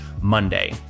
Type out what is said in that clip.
Monday